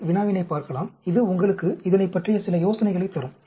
நீங்கள் வினாவினைப் பார்க்கலாம் இது உங்களுக்கு இதனைப்பற்றிய சில யோசனைகளைத் தரும்